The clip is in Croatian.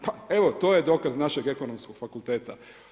Pa evo, to je dokaz našeg ekonomskog fakulteta.